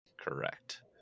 Correct